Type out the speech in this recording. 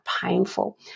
painful